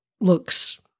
looks